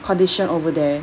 condition over there